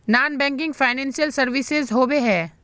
Non banking financial services होबे है?